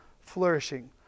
flourishing